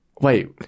Wait